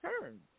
turn